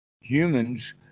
Humans